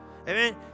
Amen